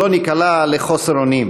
שלא ניקלע לחוסר אונים,